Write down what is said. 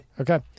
Okay